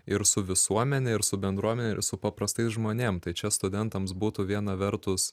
ir su visuomene ir su bendruomene ir su paprastais žmonėm tai čia studentams būtų viena vertus